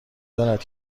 دارد